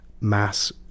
mass